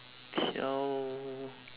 tell